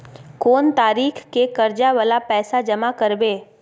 कोन तारीख के कर्जा वाला पैसा जमा करबे?